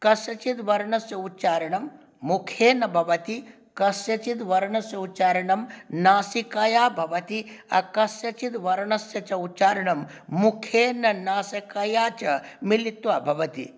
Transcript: कस्यचिद् वर्णस्य उच्चारणं मुखेन भवति कस्यचिद् वर्णस्य उच्चारणं नासिकया भवति कस्यचिद् वर्णस्य च उच्चारणं मुखेन नासिकया च मिलित्वा भवति